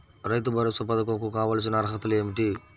రైతు భరోసా పధకం కు కావాల్సిన అర్హతలు ఏమిటి?